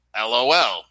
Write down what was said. LOL